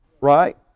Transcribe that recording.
Right